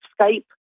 Skype